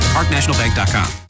Parknationalbank.com